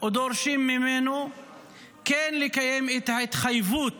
ודורשים ממנו כן לקיים את ההתחייבות